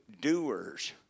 doers